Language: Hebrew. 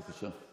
בבקשה.